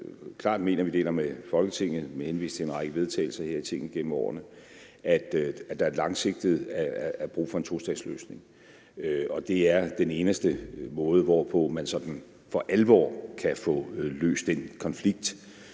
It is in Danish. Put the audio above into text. klart mener vi deler med Folketinget med henvisning til en række vedtagelser her i Tinget gennem årene – at der langsigtet er brug for en tostatsløsning. Det er den eneste måde, hvorpå man sådan for alvor kan få løst den konflikt,